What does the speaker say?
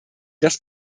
das